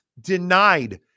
denied